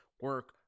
Work